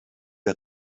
der